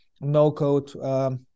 no-code